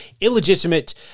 illegitimate